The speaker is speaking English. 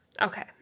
Okay